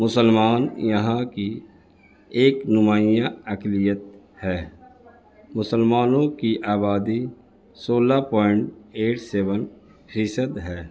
مسلمان یہاں کی ایک نمایاں اقلیت ہے مسلمانوں کی آبادی سولہ پوائنٹ ایٹ سیون فیصد ہے